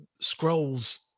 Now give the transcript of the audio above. scrolls